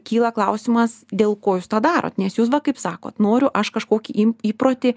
kyla klausimas dėl ko jūs tą darot nes jūs va kaip sakot noriu aš kažkokį įprotį